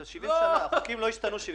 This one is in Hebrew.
אלא מי שיגיע לו כדין,